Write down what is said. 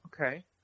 okay